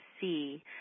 see